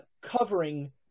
covering